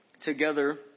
together